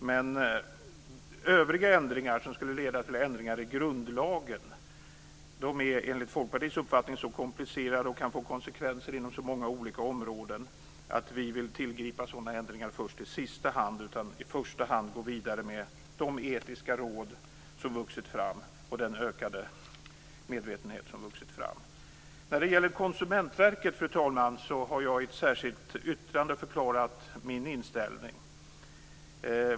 Men övriga förslag som skulle leda till ändringar i grundlagen är enligt Folkpartiets uppfattning så komplicerade och kan få konsekvenser inom så många olika områden att vi vill tillgripa sådana ändringar först i sista hand. I första hand vill vi gå vidare med de etiska råd och den ökade medvetenhet som vuxit fram. Fru talman! Jag har i ett särskilt yttrande förklarat min inställning till Konsumentverket.